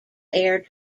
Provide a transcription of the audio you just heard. air